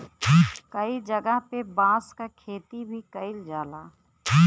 कई जगह पे बांस क खेती भी कईल जाला